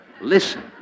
Listen